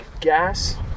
gas